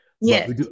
Yes